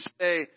say